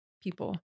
people